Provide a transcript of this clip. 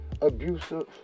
abusive